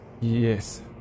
Yes